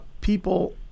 people